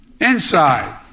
Inside